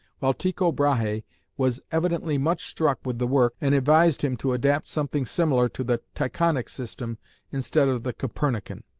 while tycho brahe was evidently much struck with the work and advised him to adapt something similar to the tychonic system instead of the copernican.